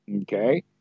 Okay